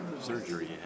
surgery